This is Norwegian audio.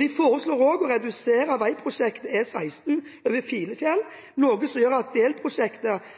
De foreslår også å redusere veiprosjekt E16 over Filefjell, noe som gjør at delprosjekter